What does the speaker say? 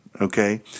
Okay